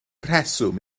rheswm